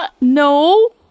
No